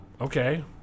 okay